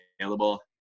available